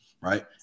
right